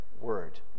word